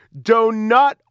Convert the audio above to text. donut